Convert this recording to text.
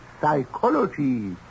psychology